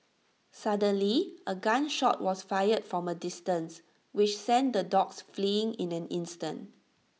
suddenly A gun shot was fired from A distance which sent the dogs fleeing in an instant